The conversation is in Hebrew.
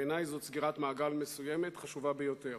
בעיני זאת סגירת מעגל מסוימת, חשובה ביותר.